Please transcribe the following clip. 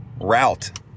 route